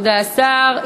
תודה, השר.